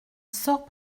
sort